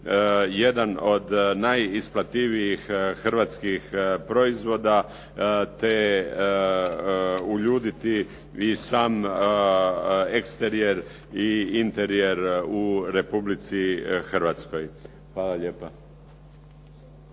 jedan od najisplativijih hrvatskih proizvoda, te uljuditi i sam eksterijer i interijer u Republici Hrvatskoj. Hvala lijepa.